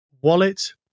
wallet